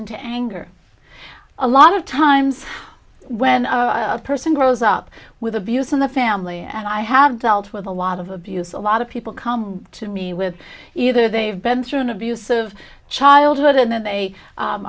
into anger a lot of times when a person grows up with abuse in the family and i have dealt with a lot of abuse a lot of people come to me with either they have been through an abusive childhood and then they